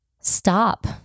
stop